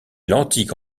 l’antique